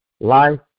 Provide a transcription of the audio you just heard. Life